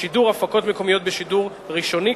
לשידור הפקות מקומיות בשידור ראשוני,